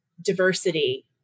diversity